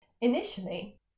Initially